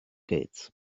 gates